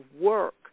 work